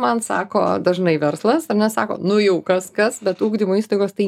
man sako dažnai verslas ar ne sako nu jau kas kas bet ugdymo įstaigos tai